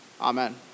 Amen